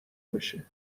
بشه